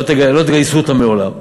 לא תגייסו אותם לעולם.